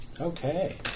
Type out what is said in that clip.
okay